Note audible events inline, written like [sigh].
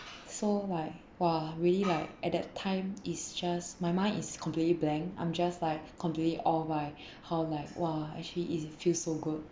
so like !wah! really like at that time it's just my mind is completely blank I'm just like completely awe by [breath] how like !wah! actually is feel so good